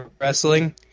Wrestling